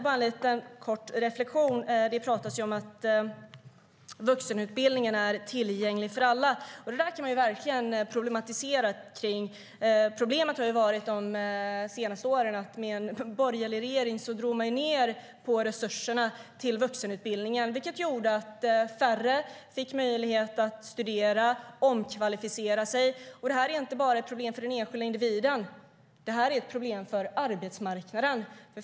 Bara en liten kort reflektion: Det pratas om att vuxenutbildningen är tillgänglig för alla. Det där kan man verkligen problematisera kring. Problemet de senaste åren har ju varit att den borgerliga regeringen dragit ned på resurserna till vuxenutbildningen, vilket gjorde att färre fick möjlighet att studera och omkvalificera sig. Det här är inte bara ett problem för den enskilda individen utan ett problem för arbetsmarknaden.